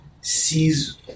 sees